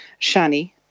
Shani